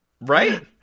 Right